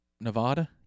Nevada